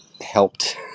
helped